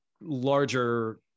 larger